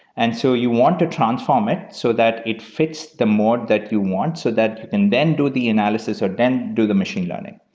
and so you want to transform it so that it fits the more that you want so that you can then do the analysis or then do the machine learning.